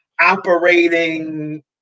operating